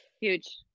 huge